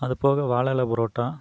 அது போக வாழை இலை பரோட்டா